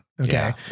Okay